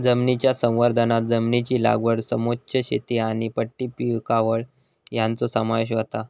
जमनीच्या संवर्धनांत जमनीची लागवड समोच्च शेती आनी पट्टी पिकावळ हांचो समावेश होता